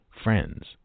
friends